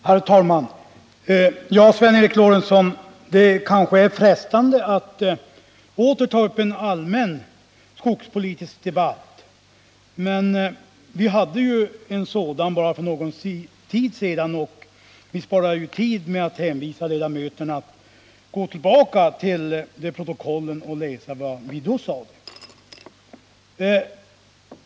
Herr talman! Det är kanske frestande, Sven Eric Lorentzon, att åter ta upp en allmän skogspolitisk debatt, men vi hade ju en sådan bara för någon tid sedan. Vi sparar tid om vi hänvisar ledamöterna till protokollet över den 145 debatten, så att de kan läsa vad vi då sade.